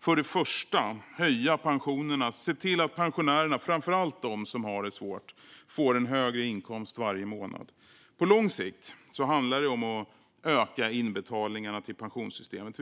För det första behöver vi höja pensionerna och se till att pensionärerna, framför allt de som har det svårt, får en högre inkomst varje månad. På lång sikt handlar det om att öka inbetalningarna till pensionssystemet.